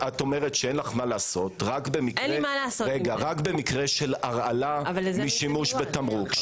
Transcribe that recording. שאין לך מה לעשות רק במקרה של הרעלה משימוש בתמרוק.